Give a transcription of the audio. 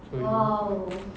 so you